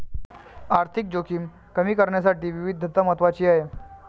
आर्थिक जोखीम कमी करण्यासाठी विविधता महत्वाची आहे